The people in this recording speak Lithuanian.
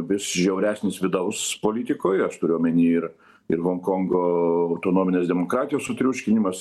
vis žiauresnis vidaus politikoj aš turiu omeny ir ir honkongo autonominės demokratijos sutriuškinimas